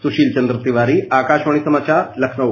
सुशील चंद्र तिवारी आकाशवाणी समाचार लखनऊ